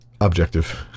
objective